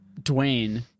Dwayne